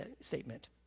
statement